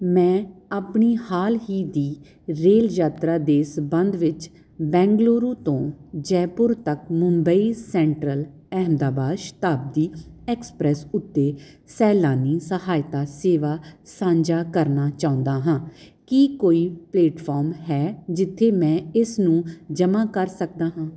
ਮੈਂ ਆਪਣੀ ਹਾਲ ਹੀ ਦੀ ਰੇਲ ਯਾਤਰਾ ਦੇ ਸੰਬੰਧ ਵਿੱਚ ਬੈਂਗਲੁਰੂ ਤੋਂ ਜੈਪੁਰ ਤੱਕ ਮੁੰਬਈ ਸੈਂਟਰਲ ਅਹਿਮਦਾਬਾਦ ਸ਼ਤਾਬਦੀ ਐਕਸਪ੍ਰੈੱਸ ਉੱਤੇ ਸੈਲਾਨੀ ਸਹਾਇਤਾ ਸੇਵਾ ਸਾਂਝਾ ਕਰਨਾ ਚਾਹੁੰਦਾ ਹਾਂ ਕੀ ਕੋਈ ਪਲੇਟਫੋਰਮ ਹੈ ਜਿੱਥੇ ਮੈਂ ਇਸ ਨੂੰ ਜਮ੍ਹਾਂ ਕਰ ਸਕਦਾ ਹਾਂ